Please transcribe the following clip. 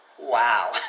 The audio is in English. wow